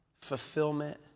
fulfillment